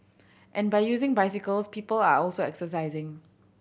and by using bicycles people are also exercising